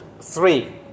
three